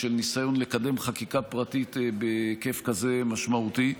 של ניסיון לקדם חקיקה פרטית בהיקף כזה משמעותי,